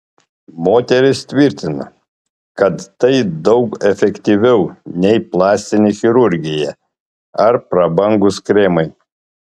moteris tvirtina kad tai daug efektyviau nei plastinė chirurgija ar prabangūs kremai